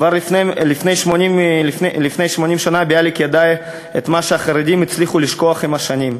כבר לפני 80 שנה ביאליק ידע את מה שהחרדים הצליחו לשכוח עם השנים,